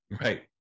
right